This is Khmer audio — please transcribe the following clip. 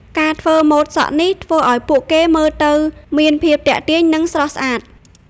ការធ្វើម៉ូតសក់នេះធ្វើឱ្យពួកគេមើលទៅមានភាពទាក់ទាញនិងស្រស់ស្អាត។